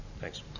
Thanks